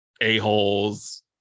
a-holes